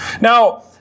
Now